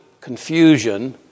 confusion